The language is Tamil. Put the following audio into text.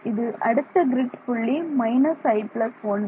இது அடுத்த க்ரிட் புள்ளி i 1